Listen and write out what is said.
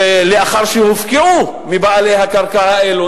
לאחר שהופקעו מבעלי הקרקע האלה,